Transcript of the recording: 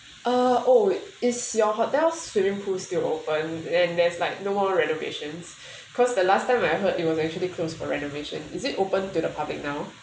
uh oh is your hotel swimming pools still open and there's like no more renovation cause the last time when I heard is it was actually closed for renovation is it open to the public now